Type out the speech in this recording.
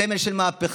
סמל של מהפכה,